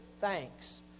thanks